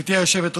גם ג'מעה אזברגה.